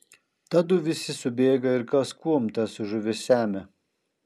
tadu visi subėga ir kas kuom tas žuvis semia